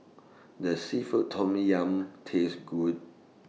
Does Seafood Tom Yum Taste Good